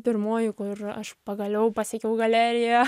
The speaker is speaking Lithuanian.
pirmoji kur aš pagaliau pasiekiau galeriją